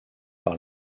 par